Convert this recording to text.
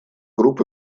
групп